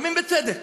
לפעמים בצדק.